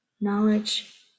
knowledge